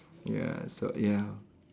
ya so ya